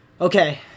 okay